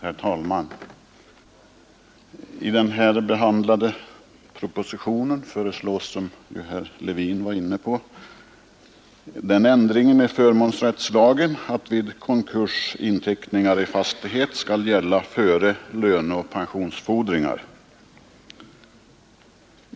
Herr talman! I propositionen nr 178 som vi behandlar föreslås som herr Levin sade den ändringen i förmånsrättslagen att vid konkurs inteckningar i fastighet skall gälla före löneoch pensionsfordringar.